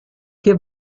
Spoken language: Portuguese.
que